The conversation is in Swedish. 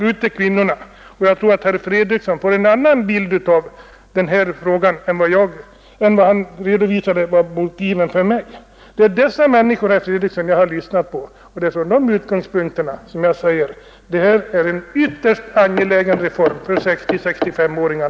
Då skall herr Fredriksson få en annan bild av denna fråga än vad han redovisade i sin argumentation mot mig. Det är dessa människor, herr Fredriksson, som jag har lyssnat på, och det är från deras utgångspunkter som jag säger att detta är en ytterst angelägen reform för dagens 60—6S-åringar.